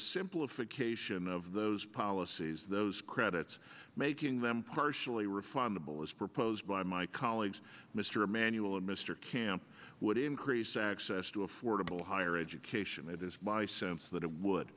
simplification of those policies those credits making them partially refundable as proposed by my colleagues mr emanuel and mr camp would increase access to affordable higher education it is my sense that it would